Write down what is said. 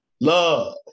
love